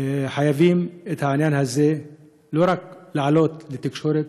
חייבים את העניין הזה לא רק להעלות לתקשורת,